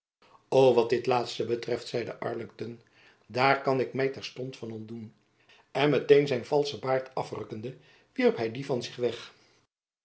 wat dit laatste betreft zeide arlington daarkan ik my terstond van ontdoen en met-een zijn valschen baard afrukkende wierp hy dien van zich weg